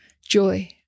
joy